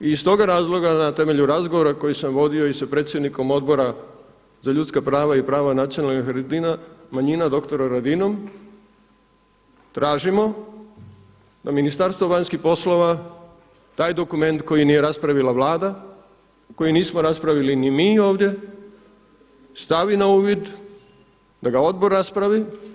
I iz toga razloga na temelju razgovora koji sam vodio i sa predsjednikom Odbora za ljudska prava i prava nacionalnih manjina dr. Radinom tražimo da Ministarstvo vanjskih poslova taj dokument koji nije raspravila Vlada, koji nismo raspravili ni mi ovdje stavi na uvid da ga odbor raspravi.